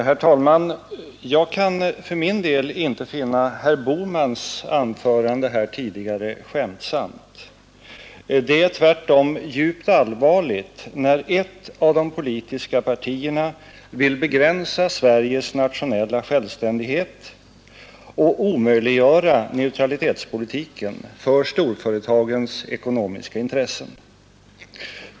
Herr talman! Jag kan för min del inte finna herr Bohmans anförande tidigare i dag skämtsamt. Det är tvärtom djupt allvarligt när ett av de politiska partierna vill begränsa Sveriges nationella självständighet och omöjliggöra neutralitetspolitiken — för storföretagens ekonomiska intressen.